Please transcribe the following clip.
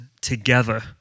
together